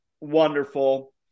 Wonderful